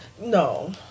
No